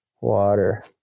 Water